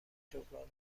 جبران